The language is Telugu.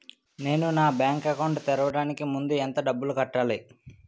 నేను నా బ్యాంక్ అకౌంట్ తెరవడానికి ముందు ఎంత డబ్బులు కట్టాలి?